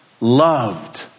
Loved